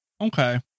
okay